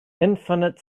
infinite